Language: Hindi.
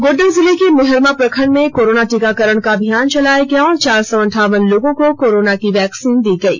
गोड्डा जिले के मेहरमा प्रखंड में कोरोना टीकाकरण का अभियान चलाया गया और चार सौ अनठावन लोगों को कोरोना वैक्सीन लगायी गयी